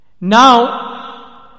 Now